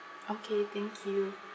okay thank you